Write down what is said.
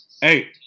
Hey